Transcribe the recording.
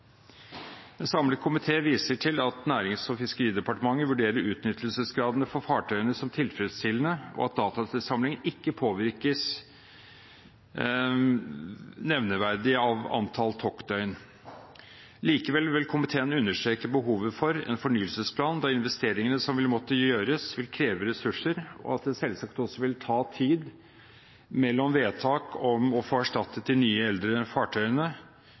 En samlet komité viser til at Nærings- og fiskeridepartementet vurderer utnyttelsesgraden for fartøyene som tilfredsstillende, og at datainnsamlingen ikke påvirkes nevneverdig av antall toktdøgn. Likevel vil komiteen understreke behovet for en fornyelsesplan, da investeringene som vil måtte gjøres, vil kreve ressurser, og det selvsagt også vil ta tid fra vedtak om å få erstattet de eldre fartøyene